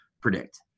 predict